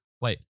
Wait